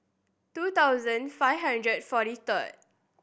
two thousand five hundred and forty third